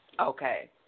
Okay